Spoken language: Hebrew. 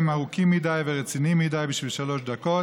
ארוכים מדי ורציניים מדי בשביל שלוש דקות,